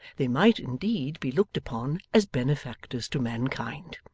they might indeed be looked upon as benefactors to mankind.